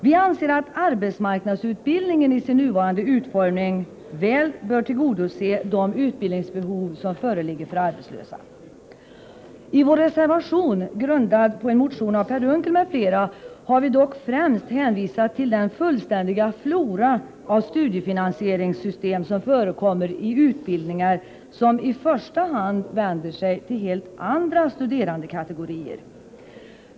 Vi anser att arbetsmarknadsutbildningen i sin nuvarande form väl bör tillgodose de utbildningsbehov som föreligger för arbetslösa. I vår reservation, grundad på en motion av Per Unckel m.fl., har vi dock främst hänvisat till den flora av studiefinansieringssystem som förekommer i utbildningar som i första hand vänder sig till helt andra studerandekategorier.